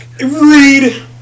Read